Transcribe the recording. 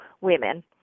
women